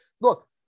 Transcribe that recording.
look